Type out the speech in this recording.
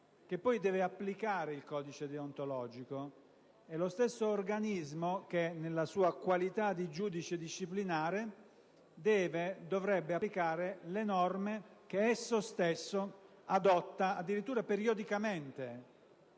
che poi deve applicare il codice deontologico ed è lo stesso organismo che nella sua qualità di giudice disciplinare dovrebbe applicare le norme che esso stesso adotta addirittura periodicamente,